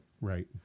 Right